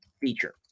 feature